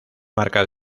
marcas